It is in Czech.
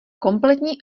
kompletní